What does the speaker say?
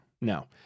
no